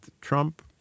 Trump